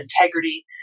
integrity